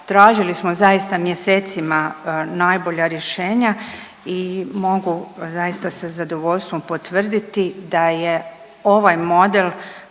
tražili smo zaista mjesecima najbolja rješenja i mogu zaista sa zadovoljstvom potvrditi da je ovaj model